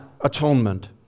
atonement